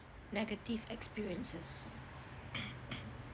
negative experiences